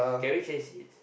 can we change seats